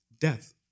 death